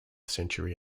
century